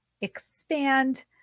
expand